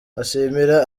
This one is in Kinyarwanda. ashimira